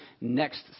Next